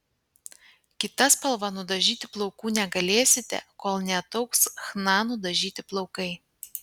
kita spalva nudažyti plaukų negalėsite kol neataugs chna nudažyti plaukai